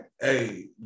Hey